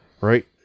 Right